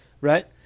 Right